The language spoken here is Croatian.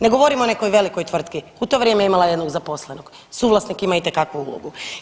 Ne govorim o nekoj velikoj tvrtki u to vrijeme imala je jednog zaposlenog, suvlasnik ima itekakvu ulogu.